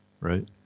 right